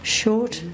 short